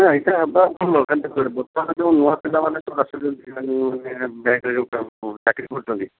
ଏଇଟା ହେବା କ'ଣ ଦରକାର୍ ଦେଖନ୍ତୁ ବର୍ତ୍ତମାନ୍ ଯୋଉ ନୂଆ ପିଲାମାନେ ସବୁ ଆସୁଛନ୍ତି ମାନେ ବ୍ୟାଙ୍କ୍ ରେ ଯୋଉ ଚାକିରୀ କରୁଛନ୍ତି